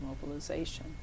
mobilization